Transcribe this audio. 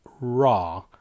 Raw